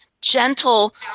gentle